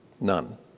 None